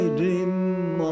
dream